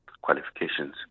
qualifications